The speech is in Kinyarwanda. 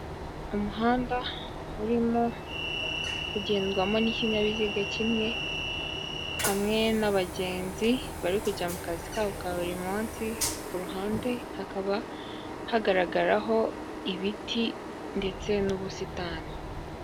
Umuhanda urimo kugendwamo n'ibinyabiziga kimwe, hamwe n'abagenzi bari kujya mu kazi kabo ka buri munsi. Ku ruhande hakaba hagagaraho ibiti ndetse n'ubusitani.